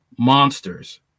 Monsters